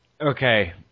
okay